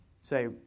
say